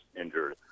injured